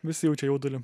visi jaučia jaudulį